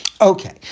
Okay